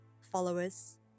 followers